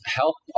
help